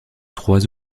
trois